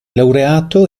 laureato